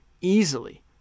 easily